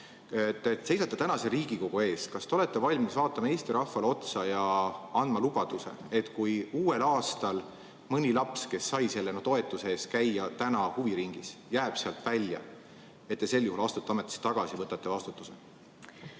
seisate täna siin Riigikogu ees. Kas te olete valmis vaatama Eesti rahvale otsa ja andma lubaduse, et kui uuel aastal mõni laps, kes sai tänu sellele toetusele käia huviringis, jääb sealt välja, siis te astute ametist tagasi, võtate vastutuse?